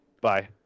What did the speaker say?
Bye